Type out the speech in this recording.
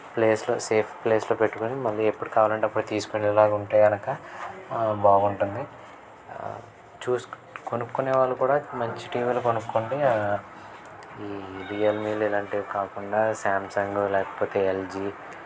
ప్లేస్లో సేఫ్ ప్లేస్లో పెట్టుకొని మళ్ళీ ఎప్పుడు కావాలంటే అప్పుడు తీసుకునేలాగ ఉంటే కనుక బాగుంటుంది చూస్ కొనుక్కునే వాళ్ళు కూడా మంచి టీవీలు కొనుక్కోండి ఈ రియల్మీలు ఇలాంటివి కాకుండా సాంసంగు లేకపోతే ఎల్జీ